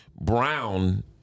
Brown